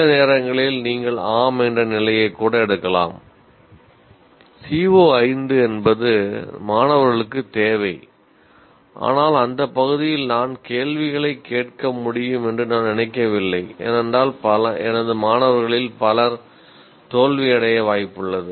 சில நேரங்களில் நீங்கள் ஆம் என்ற நிலையை கூட எடுக்கலாம் CO5 என்பது மாணவர்களுக்குத் தேவை ஆனால் அந்த பகுதியில் நான் கேள்விகளைக் கேட்க முடியும் என்று நான் நினைக்கவில்லை ஏனென்றால் எனது மாணவர்களில் பலர் தோல்வியடைய வாய்ப்புள்ளது